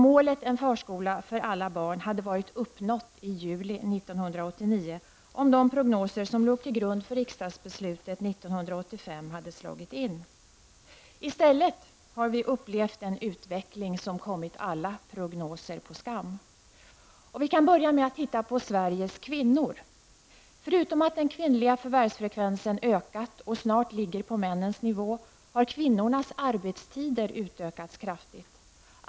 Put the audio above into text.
Målet, en förskola för alla barn, hade varit uppnått i juli 1989 om de prognoser som låg till grund för riksdagsbeslutet 1985 hade slagit in. I stället har vi upplevt en utveckling som kommit alla prognoser på skam. Vi kan börja med att titta på Sveriges kvinnor. Förutom att den kvinnliga förvärvsfrekvensen ökat och snart ligger på männens nivå har kvinnornas arbetstider utökats kraftigt.